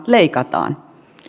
leikataan